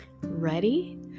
Ready